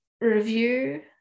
review